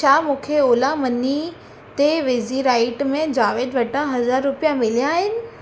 छा मूंखे ओला मनी ते वेझिराईअ में जावेद वटां हज़ार रुपया मिलिया आहिनि